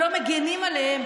מגינים עליהם,